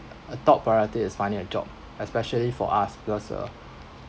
a top priority is finding a job especially for us because uh